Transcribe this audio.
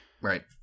right